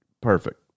perfect